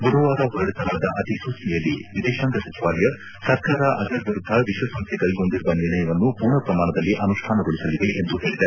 ಬುಧವಾರ ಹೊರಡಿಸಲಾದ ಅಧಿಸೂಚನೆಯಲ್ಲಿ ವಿದೇಶಾಂಗ ಸಚಿವಾಲಯ ಸರ್ಕಾರ ಅಜರ್ ವಿರುದ್ದ ವಿಶ್ವಸಂಸ್ಲೆ ಕೈಗೊಂಡಿರುವ ನಿರ್ಣಯವನ್ನು ಪೂರ್ಣ ಪ್ರಮಾಣದಲ್ಲಿ ಅನುಷ್ಠಾನಗೊಳಿಸಲಿದೆ ಎಂದು ಹೇಳಿದೆ